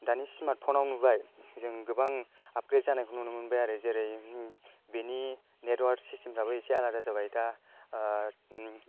दानि स्मार्तफन आव नुबाय जों गोबां आपग्रेद जानायखौ नुनो मोनबाय आरो जेरै बेनि नेतवर्क सिस्तेम फ्राबो इसे आलादा जाबाय दा